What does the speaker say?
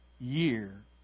year